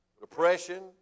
Depression